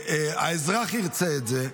האזרח ירצה את זה,